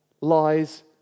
Lies